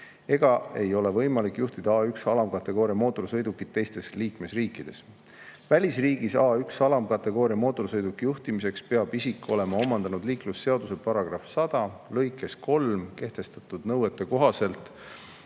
ega ei ole võimalik juhtida A1-alamkategooria mootorsõidukit teistes liikmesriikides. Välisriigis A1-alamkategooria mootorsõiduki juhtimiseks peab isik olema omandanud liiklusseaduse § 100 lõikes 3 kehtestatud nõuete kohaselt